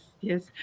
yes